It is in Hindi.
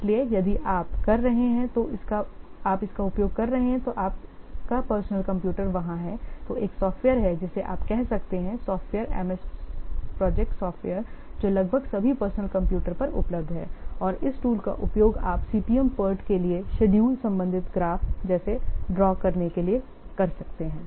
इसलिए यदि आप कर रहे हैं तो आपका पर्सनल कंप्यूटर वहाँ है तो एक सॉफ्टवेयर है जिसे आप कह सकते हैं सॉफ्टवेयर MS Project सॉफ्टवेयर जो लगभग सभी पर्सनल कंप्यूटर पर उपलब्ध है और इस टूल का उपयोग आप CPM PERT के लिए शेड्यूल संबंधित ग्राफ़ जैसे ड्रॉ करने के लिए कर सकते हैं